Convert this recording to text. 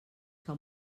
que